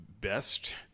best